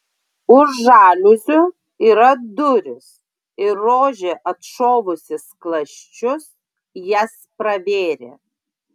už žaliuzių yra durys ir rožė atšovusi skląsčius jas pravėrė